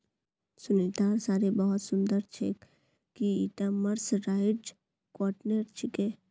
सुनीतार साड़ी बहुत सुंदर छेक, की ईटा मर्सराइज्ड कॉटनेर छिके